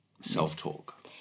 self-talk